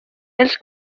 els